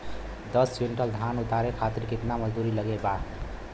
दस क्विंटल धान उतारे खातिर कितना मजदूरी लगे ला?